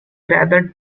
rather